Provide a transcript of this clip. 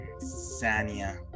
sanya